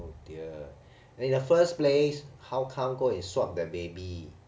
oh dear in the first place how come go and swab the baby